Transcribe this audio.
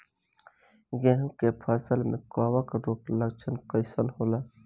गेहूं के फसल में कवक रोग के लक्षण कइसन होला?